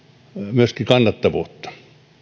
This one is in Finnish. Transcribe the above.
myöskin kannattavuutta